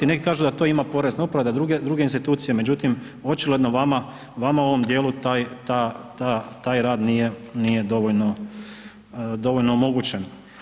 Neki kažu da to ima Porezna uprava da druge institucije, međutim očigledno vama u ovom dijelu taj rad nije dovoljno omogućen.